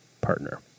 partner